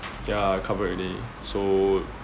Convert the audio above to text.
ya I covered already so